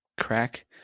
crack